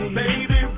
baby